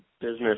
business